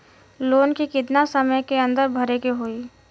Loan के कितना समय के अंदर भरे के होई?